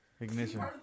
Ignition